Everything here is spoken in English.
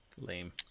lame